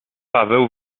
paweł